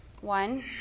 One